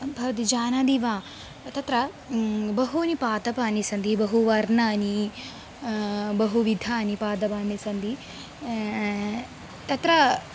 भवति जानाति वा तत्र बहूनि पादपानि सन्ति बहु वर्णानि बहुविधानि पादपानि सन्ति तत्र